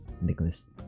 Nicholas